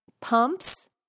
Pumps